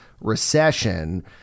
recession